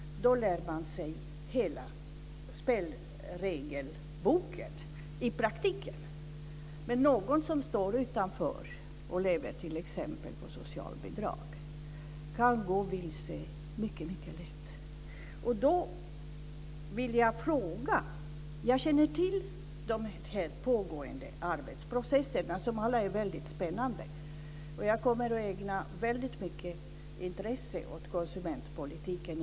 Då lär man sig hela regelboken i praktiken. Men någon som står utanför och lever t.ex. på socialbidrag kan gå vilse mycket lätt. Jag känner till de pågående arbetsprocesserna som alla är väldigt spännande, och jag kommer att ägna mycket intresse åt konsumentpolitiken.